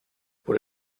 por